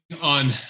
on